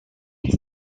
nid